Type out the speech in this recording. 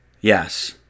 Yes